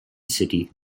city